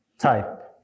type